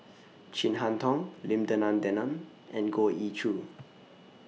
Chin Harn Tong Lim Denan Denon and Goh Ee Choo